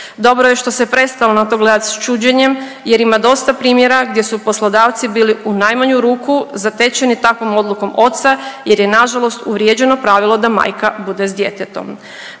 Dobro je što se je prestalo na to gledati s čuđenjem jer ima dosta primjera gdje su poslodavci bili u najmanju ruku zatečeni takvom odlukom oca jer je nažalost uvriježeno pravilo da majka bude s djetetom.